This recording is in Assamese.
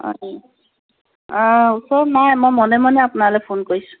অঁ অঁ ওচৰত নাই মই মনে মনে আপোনালৈ ফোন কৰিছোঁ